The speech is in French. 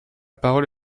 parole